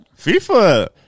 FIFA